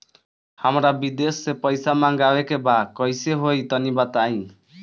हमरा विदेश से पईसा मंगावे के बा कइसे होई तनि बताई?